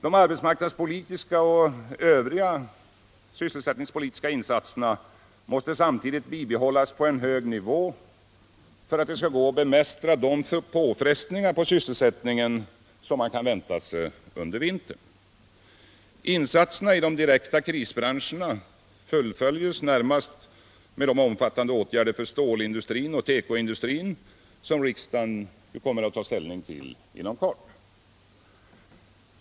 De arbetsmarknadspolitiska och övriga sysselsättningspolitiska insatserna måste samtidigt bibehållas på en hög nivå för att det skall gå att bemästra de påfrestningar på sysselsättningen som man kan vänta sig under vintern. Insatserna i de direkta krisbranscherna fullföljes närmast med de omfattande åtgärder för stålindustrin och tekoindustrin som riksdagen kommer att ta ställning till inom kort.